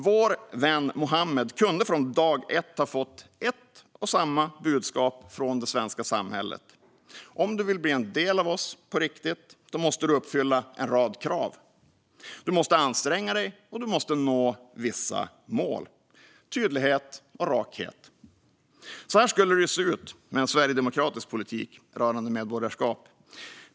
Vår vän Muhammed kunde från dag ett ha fått ett och samma budskap från det svenska samhället: Om du vill bli en del av oss på riktigt måste du uppfylla en rad krav. Du måste anstränga dig, och du måste nå vissa mål. Tydlighet och rakhet! Så här skulle det se ut med en sverigedemokratisk politik rörande medborgarskap.